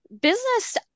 business